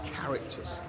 characters